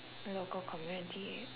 local community